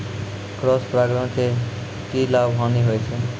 Cross परागण के की लाभ, हानि होय छै?